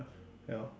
ya lor